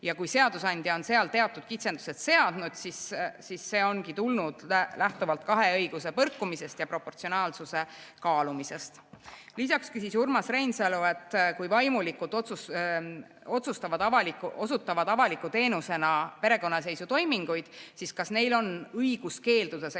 ja kui seadusandja on seal teatud kitsendused seadnud, siis see ongi tehtud lähtuvalt kahe õiguse põrkumisest ja proportsionaalsuse kaalumisest. Lisaks küsis Urmas Reinsalu, et kui vaimulikud teevad avaliku teenusena perekonnaseisutoiminguid, siis kas neil on õigus keelduda seksuaalse